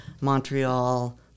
Montreal